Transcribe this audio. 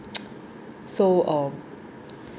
so um